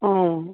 অঁ